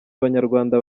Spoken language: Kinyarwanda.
abanyarwanda